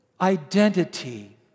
identity